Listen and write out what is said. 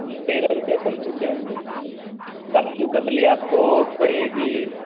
तेरह रुपया पन्द्रह रुपया काजू कतली आपको पड़ेगी